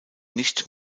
nicht